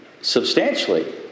Substantially